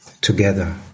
together